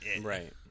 Right